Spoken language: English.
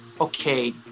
okay